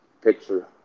picture